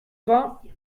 vingt